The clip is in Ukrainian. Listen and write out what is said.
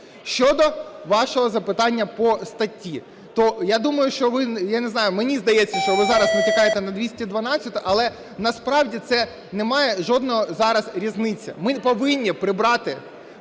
Щодо вашого запитання по статті, то я думаю, що ви, я не знаю, мені здається, що ви зараз натякаєте на 212-у, але насправді це не має жодної зараз різниці. Ми повинні прибрати